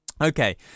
okay